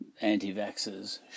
anti-vaxxers